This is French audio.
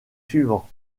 suivants